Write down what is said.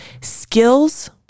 Skills